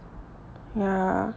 ya